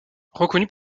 reconnu